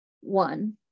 One